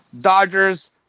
Dodgers